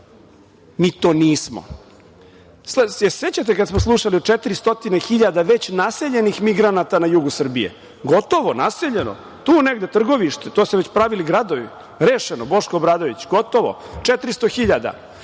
Mi to nismo. Da li se sećate kada samo slušali 400 hiljada već naseljenih migranata na jugu Srbije, gotovo naseljeno, tu negde Trgovište, tu se već pravili gradovi. Rešeno. Boško Obradović. Gotovo. Četristo